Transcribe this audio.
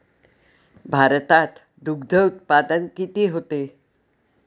भारतात दुग्धउत्पादन किती होते?